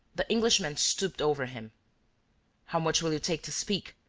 the englishman stooped over him how much will you take to speak.